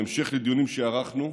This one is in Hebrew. בהמשך לדיונים שערכנו,